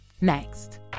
Next